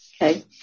Okay